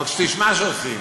אבל כשתשמע שעושים,